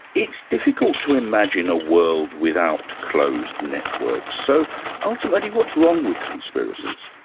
it's difficult to imagine a world without closed networks. so ultimately what's wrong with conspiracies?